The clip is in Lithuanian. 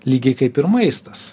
lygiai kaip ir maistas